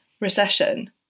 recession